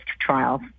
trial